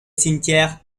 cimetière